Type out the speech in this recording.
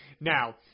Now